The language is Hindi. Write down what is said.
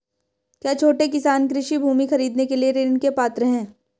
क्या छोटे किसान कृषि भूमि खरीदने के लिए ऋण के पात्र हैं?